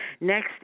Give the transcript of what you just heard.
Next